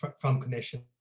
from from clinicians.